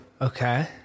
Okay